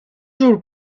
jours